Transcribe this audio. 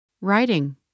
Writing